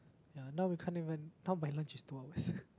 ya now we can't even now my lunch is two hours